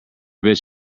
bitch